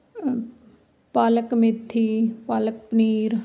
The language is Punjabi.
ਪਾਲਕ ਮੇਥੀ ਪਾਲਕ ਪਨੀਰ